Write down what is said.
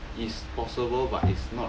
is possible but it's not